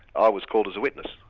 i was called as a witness,